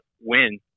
win